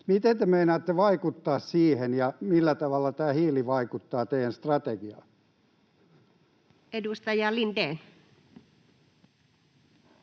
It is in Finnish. Miten te meinaatte vaikuttaa siihen, ja millä tavalla tämä hiili vaikuttaa teidän strategiaanne? Edustaja Lindén.